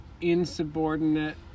Insubordinate